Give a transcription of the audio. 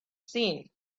seen